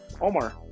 Omar